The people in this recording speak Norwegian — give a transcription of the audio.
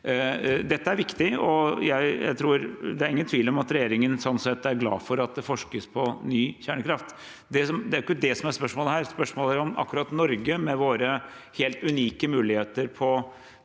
Dette er viktig, og det er ingen tvil om at regjeringen sånn sett er glad for at det forskes på ny kjernekraft. Det er heller ikke det som er spørsmålet her. Spørsmålet er om akkurat Norge, med våre helt unike muligheter